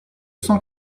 cent